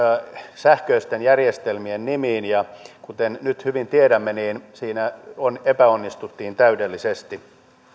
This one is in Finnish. sähköisten järjestelmien nimiin ja kuten nyt hyvin tiedämme siinä epäonnistuttiin täydellisesti